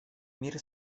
мир